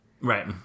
Right